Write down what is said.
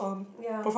ya